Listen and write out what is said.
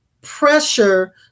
pressure